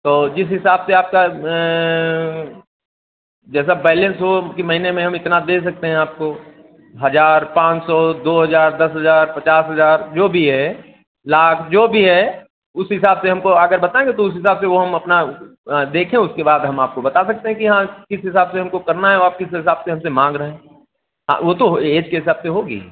तो जिस हिसाब से आपका जैसा बैलेंस हो कि महीने में हम इतना दे सकते हैं आपको हज़ार पाँच सौ दो हज़ार दस हज़ार पचास हज़ार जो भी है लाख जो भी है उस हिसाब से हमको अगर बताएंगे तो उस हिसाब से वह हम अपना देखें उसके बाद हमको आपको बता सकते हैं कि हाँ किस हिसाब से हमको करना है और किस हिसाब से हमसे माँग रहे हैं वो तो ऐज के हिसाब से होगी